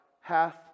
hath